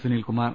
സു നിൽകുമാർ